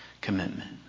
commitment